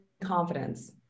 confidence